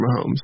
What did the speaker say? Mahomes